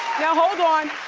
now hold on,